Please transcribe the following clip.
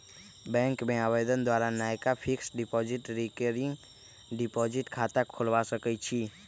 bank में आवेदन द्वारा नयका फिक्स्ड डिपॉजिट, रिकरिंग डिपॉजिट खता खोलबा सकइ छी